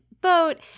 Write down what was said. boat